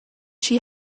she